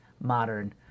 Modern